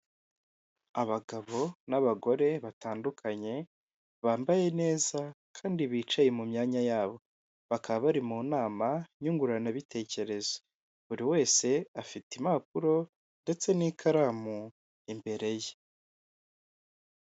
Abagabo n'abagore batandukanye bambaye neza kandi bicaye mu myanya yabo, bakaba bari mu nama nyungurana bitekerezo buri wese afite impapuro ndetse n'ikaramu imbere ye.